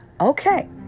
okay